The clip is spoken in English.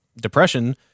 depression